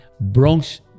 Bronx